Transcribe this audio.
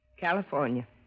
California